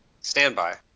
Standby